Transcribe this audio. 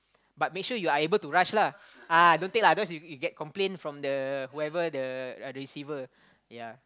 but make sure you are able to rush lah ah don't take lah cos you you get complain from the whoever the uh receiver ya